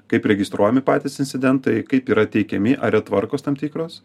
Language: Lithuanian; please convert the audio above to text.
kaip registruojami patys incidentai kaip yra teikiami ar yra tvarkos tam tikros